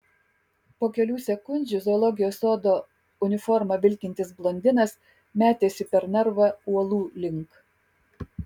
po kelių sekundžių zoologijos sodo uniforma vilkintis blondinas metėsi per narvą uolų link